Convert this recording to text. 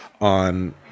on